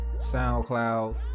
SoundCloud